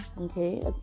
okay